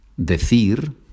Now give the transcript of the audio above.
Decir